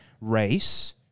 race